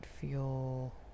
feel